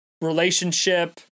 relationship